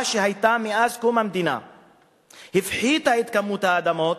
שהיתה מאז קום המדינה הפחיתה את כמות האדמות